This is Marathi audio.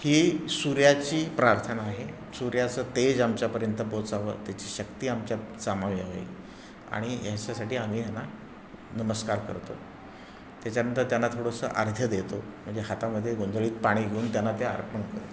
ही सूर्याची प्रार्थना आहे सूर्याचं तेज आमच्यापर्यंत पोचावं त्याची शक्ती आमच्यात सामावावी आणि ह्याच्यासाठी आम्ही ह्यांना नमस्कार करतो त्याच्यानंतर त्यांना थोडंसं अर्ध्या देतो म्हणजे हातामध्ये ओंजळीत पाणी घेऊन त्यांना ते अर्पण करतो